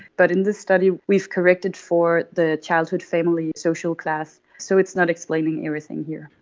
but in this study we've corrected for the childhood family social class, so it's not explaining everything here.